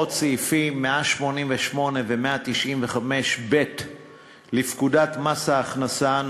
להוראות סעיפים 188 ו-195ב לפקודת מס ההכנסה ,